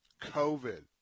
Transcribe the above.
COVID